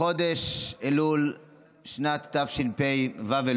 בחודש אלול שנת תשפ"ו,